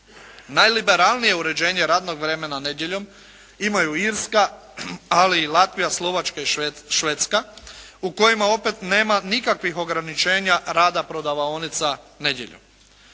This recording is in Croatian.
Najliberalnije uređenje radnog vremena nedjeljom imaju Irska ali i Latvija, Slovačka i Švedska u kojima opet nema nikakvih ograničenja rada prodavaonica nedjeljom.